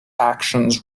actions